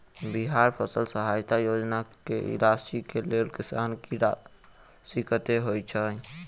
बिहार फसल सहायता योजना की राशि केँ लेल किसान की राशि कतेक होए छै?